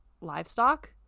livestock